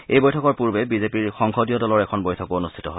এই বৈঠকৰ পূৰ্বে বিজেপিৰ সংসদীয় দলৰ এখন বৈঠকো অনুষ্ঠিত হয়